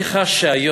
אני חש שהיום,